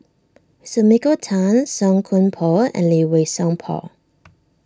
Sumiko Tan Song Koon Poh and Lee Wei Song Paul